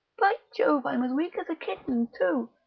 by jove, i'm as weak as a kitten too.